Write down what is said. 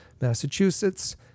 Massachusetts